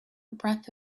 breath